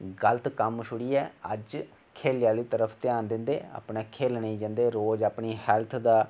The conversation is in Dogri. गलत कम्म छोड़ियै् अज्ज खेलने आहली तरफ ध्यान दिंदे अपना खेलने गी जंदे रोज अपना हैल्थ दा